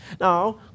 Now